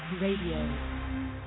Radio